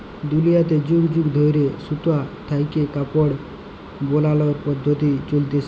দুলিয়াতে যুগ যুগ ধইরে সুতা থ্যাইকে কাপড় বালালর পদ্ধতি চইলছে